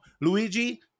Luigi